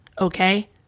Okay